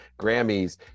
Grammys